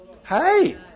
Hey